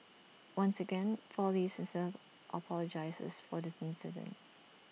once again four leaves sincerely apologises for this incident